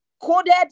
coded